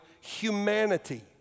humanity